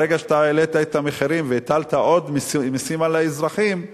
ברגע שאתה העלית את המחירים והטלת עוד מסים על האזרחים,